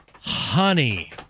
Honey